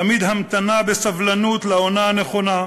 תמיד המתנה בסבלנות לעונה הנכונה,